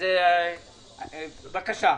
בבקשה.